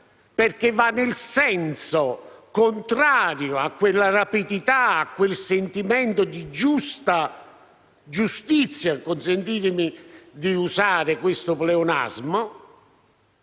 perché va nel senso contrario a quella rapidità, a quel sentimento di giusta giustizia - consentitemi di usare questo pleonasmo